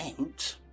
out